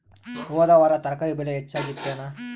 ಹೊದ ವಾರ ತರಕಾರಿ ಬೆಲೆ ಹೆಚ್ಚಾಗಿತ್ತೇನ?